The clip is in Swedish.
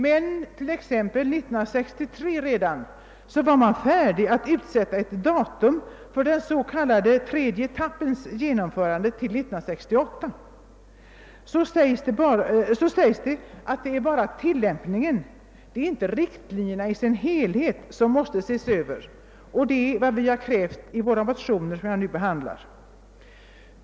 Redan 1963 var man färdig att ange en tidpunkt för den tredje etappens genomförande, nämligen 1968. Så sägs det att det bara är tillämpningen, inte riktlinjerna i sin helhet som måste ses över, vilket däremot är vad vi har krävt i våra motioner som jag nu talar för.